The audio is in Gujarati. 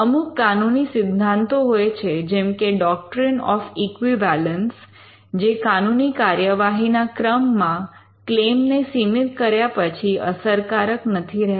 અમુક કાનૂની સિદ્ધાંતો હોય છે જેમ કે ડૉક્ટ્રિન ઑફ ઇક્વિવેલન્સ જે કાનૂની કાર્યવાહી ના ક્રમમા ક્લેમ ને સીમિત કર્યા પછી અસરકારક નથી રહેતા